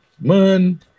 man